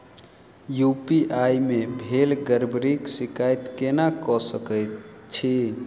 UPI मे भेल गड़बड़ीक शिकायत केना कऽ सकैत छी?